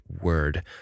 word